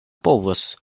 povos